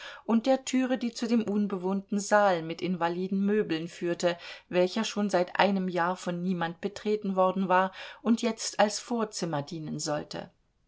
und der türe die zu dem unbewohnten saal mit invaliden möbeln führte welcher schon seit einem jahr von niemand betreten worden war und jetzt als vorzimmer dienen sollte